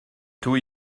taux